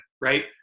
right